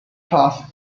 cuts